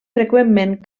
freqüentment